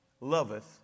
loveth